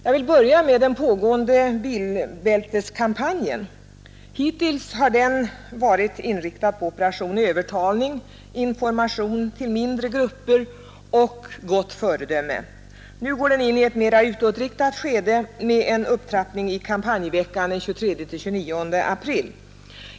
Jag vill börja med den pågående bilbälteskampanjen. Hittills har den varit inriktad på operation övertalning, information till mindre grupper och gott föredöme. Nu går den in i ett mera utåtriktat skede med en upptrappning i kampanjvecka den 23—29 april.